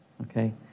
okay